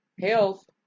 health